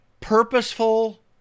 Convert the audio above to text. purposeful